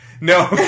No